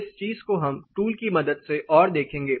इस चीज को हम टूल की मदद से और देखेंगे